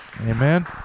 Amen